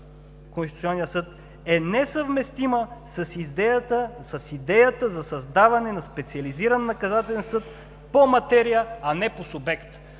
Конституционният съд: „е несъвместима с идеята за създаване на Специализиран наказателен съд по материя, а не по субект“.